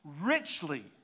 richly